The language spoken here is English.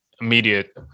immediate